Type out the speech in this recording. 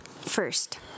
first